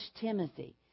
Timothy